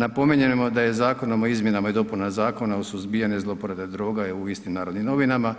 Napominjemo da je Zakonom o izmjenama i dopunama Zakona o suzbijanju zlouporabe droga je u istim Narodnim novinama